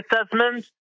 assessment